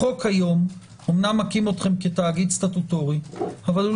החוק היום אמנם מכיר אתכם כתאגיד סטטוטורי אבל לא